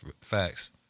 Facts